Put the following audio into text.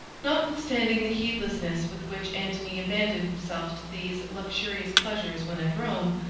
notwithstanding the heedlessness with which antony abandoned himself to these luxurious pleasures when at rome,